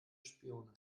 spione